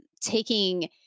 taking